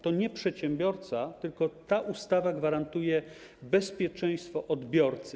To nie przedsiębiorca, tylko ta ustawa gwarantuje bezpieczeństwo odbiorcy.